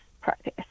practice